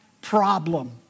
problem